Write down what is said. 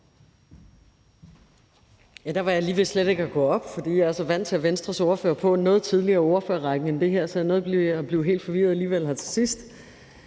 Jeg var lige ved slet ikke at gå op, fordi jeg er så vant til, at Venstres ordfører er på noget tidligere i ordførerrækken end det her, så nu nåede jeg at blive helt forvirret alligevel her til sidst.